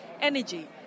Energy